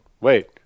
Wait